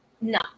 No